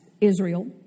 Israel